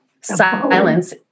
silence